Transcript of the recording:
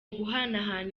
guhanahana